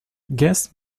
guest